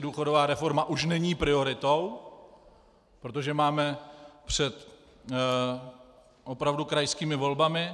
Důchodová reforma už není prioritou, protože máme před opravdu krajskými volbami.